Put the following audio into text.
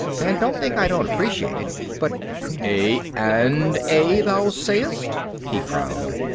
and don't think i don't appreciate it, but a and a, thou sayest? he frowned.